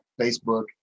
facebook